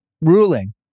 Ruling